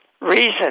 Reason